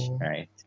right